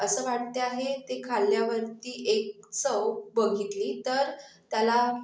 असं वाटते आहे ते खाल्ल्यावरती एक चव बघितली तर त्याला